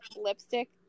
lipstick